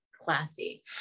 classy